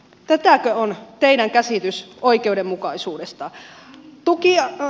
tätäkö on teidän käsityksenne oikeudenmukaisuudesta